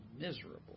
miserable